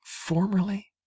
formerly